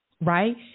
right